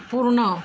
पूर्ण